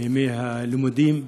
בימי הלימודים.